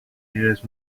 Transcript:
nearest